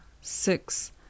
six